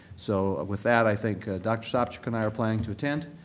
so, ah with that, i think, dr. sopcich and i are planning to attend,